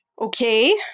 Okay